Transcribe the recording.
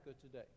today